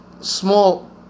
small